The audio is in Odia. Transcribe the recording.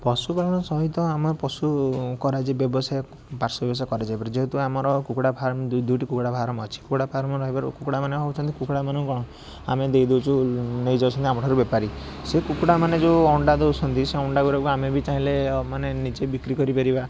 ପଶୁପକ୍ଷୀମାନଙ୍କ ସହିତ ଆମେ ପଶୁ କରାଯାଏ ବ୍ୟବସାୟକୁ ବାସ କରାଯାଇପାରେ ଯେହେତୁ ଆମର କୁକୁଡ଼ା ଫାର୍ମ୍ ଦୁଇ ଦୁଇଟି କୁକୁଡ଼ା ଫାର୍ମ ଅଛି କୁକୁଡ଼ା ଫାର୍ମ ରହିବାରୁ କୁକୁଡ଼ାମାନେ ହେଉଛନ୍ତି କୁକୁଡ଼ାମାନେ କ'ଣ ଆମେ ଦେଇ ଦେଉଛୁ ନେଇଯାଉଛନ୍ତି ଆମଠାରୁ ବେପାରୀ ସେଇ କୁକୁଡ଼ାମାନେ ଯେଉଁ ଅଣ୍ଡା ଦେଉଛନ୍ତି ସେ ଅଣ୍ଡା ଗୁରାକୁ ଆମେ ଆମେ ବି ଚାହିଁଲେ ମାନେ ନିଜେ ବିକ୍ରି କରିବା